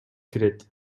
кирет